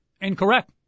Incorrect